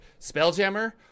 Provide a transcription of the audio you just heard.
Spelljammer